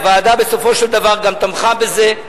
הוועדה בסופו של דבר גם תמכה בזה.